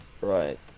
right